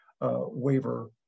waiver